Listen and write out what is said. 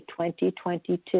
2022